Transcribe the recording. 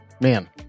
man